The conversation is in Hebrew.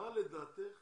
במה לדעתך